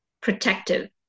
protective